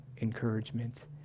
encouragement